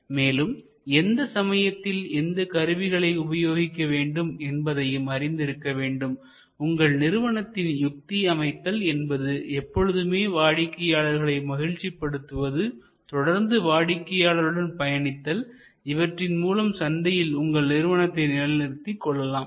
மேலும் எந்த சமயத்தில் எந்த கருவிகளை உபயோகிக்க வேண்டும் என்பதையும் அறிந்திருக்க வேண்டும் உங்கள் நிறுவனத்தின் யுக்திஅமைத்தல் என்பது எப்பொழுதுமே வாடிக்கையாளர்களை மகிழ்ச்சிபடுத்துதல் தொடர்ந்து வாடிக்கையாளருடன் பயணித்தல் இவற்றின் மூலம் சந்தையில் உங்கள் நிறுவனத்தை நிலைநிறுத்திக் கொள்ளலாம்